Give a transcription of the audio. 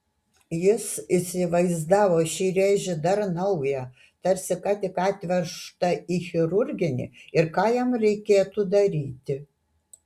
jis įsivaizdavo šį rėžį dar naują tarsi ką tik atvežtą į chirurginį ir ką jam reikėtų daryti